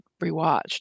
rewatched